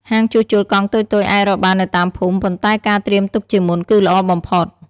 ហាងជួសជុលកង់តូចៗអាចរកបាននៅតាមភូមិ ប៉ុន្តែការត្រៀមទុកជាមុនគឺល្អបំផុត។